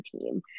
team